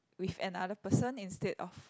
with another person instead of